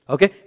Okay